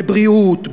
בבריאות,